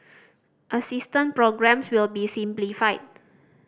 assistance programmes will be simplified